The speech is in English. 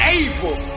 able